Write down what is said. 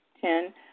Ten